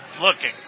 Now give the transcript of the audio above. Looking